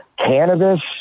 Cannabis